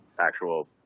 actual